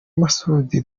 masud